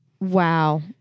Wow